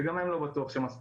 שגם הם לא בטוח שמספיקים.